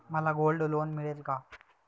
मला gold loan मिळेल का?